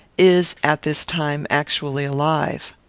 is, at this time, actually alive.